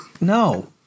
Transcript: No